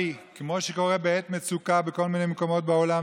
היא מופיעה ברשימת הדוברים?